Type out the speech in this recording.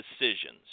decisions